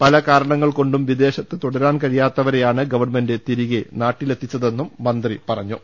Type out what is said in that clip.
പലകാരണ ങ്ങൾകൊണ്ടും വിദേശത്ത് തുടരാൻ കഴിയാത്തവരെയാണ് ഗവൺമെന്റ് തിരികെ നാട്ടിലെത്തിച്ചതെന്നും മന്ത്രി പറഞ്ഞു